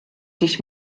dich